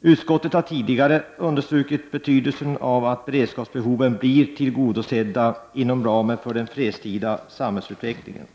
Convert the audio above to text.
Utskottet har tidigare understrukit betydelsen av att beredskapsbehoven blir tillgodosedda inom ramen för den fredstida samhällsutvecklingen.